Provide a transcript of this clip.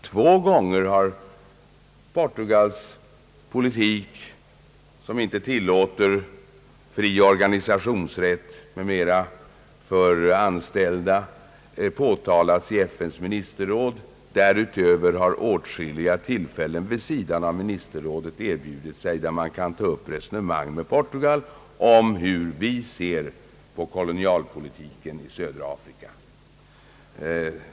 Två gånger har Portugals politik, som inte tillåter fri organisationsrätt m.m. för anställda, påtalats i EFTA:s ministerråd. Därutöver har vid sidan av rådet åtskilliga tillfällen erbjudit sig, där vi kunnat ta upp resonemang med Portugal om hur vi ser på kolonialpolitiken i södra Afrika.